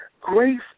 Grace